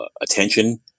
attention